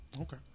Okay